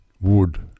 wood